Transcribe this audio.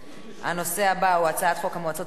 הנושא הבא: הצעת חוק המועצות האזוריות